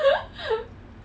the kampung 麻辣